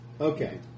Okay